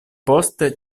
poste